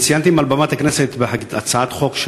אני הצגתי מעל במת הכנסת הצעת חוק,